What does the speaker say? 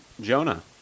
Jonah